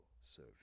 serve